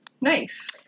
Nice